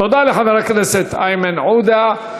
תודה לחבר הכנסת איימן עודה.